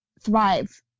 thrive